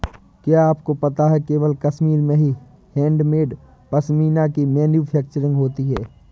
क्या आपको पता है केवल कश्मीर में ही हैंडमेड पश्मीना की मैन्युफैक्चरिंग होती है